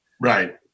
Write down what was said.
Right